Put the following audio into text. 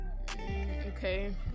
okay